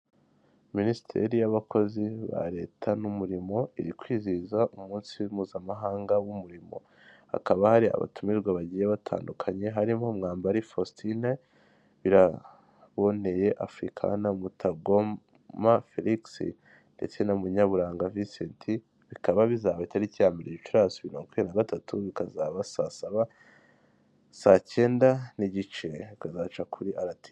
Minisiteri y'abakozi ba leta n'umurimo iri kwizihiza umunsi mpuzamahanga w'umurimo hakaba hari abatumirwa bagiye batandukanye harimo mwambari Faustin, Biraboneye Afririka na Mutagoma Felix ndetse na Munyaburanga vincent bikaba bizaba itariki ya mbere gicurasi bibiri na myakumyabiri na gatatu, bikazaba saa saba, saa cyenda n'igice bikazaca kuri arativi.